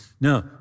No